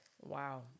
Wow